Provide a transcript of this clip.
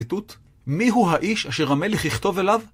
ציטוט, מי הוא האיש אשר המלך יכתוב אליו?